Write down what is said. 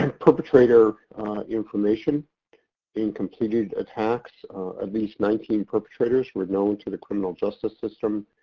and perpetrator information in completed attacks at least nineteen perpetrators were known to the criminal justice system,